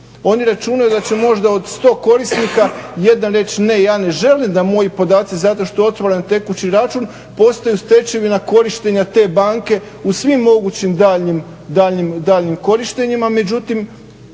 Oni računaju da će možda od 100 korisnika, jedan reći ne, ja ne želim da moji podaci zato što otvaram tekući račun postaju stečevina korištenja te banke u svim mogućim daljnjim korištenjima, međutim